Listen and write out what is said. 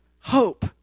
hope